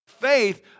faith